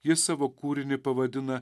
jis savo kūrinį pavadina